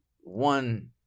one